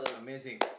Amazing